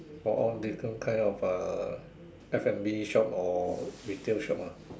for all different kind of uh F&B shop or retail shop ah